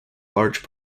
large